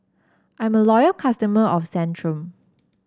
I'm a loyal customer of Centrum